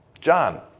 John